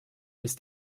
ist